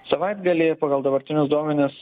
savaitgalį pagal dabartinius duomenis